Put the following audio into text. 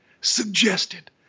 suggested